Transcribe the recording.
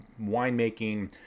winemaking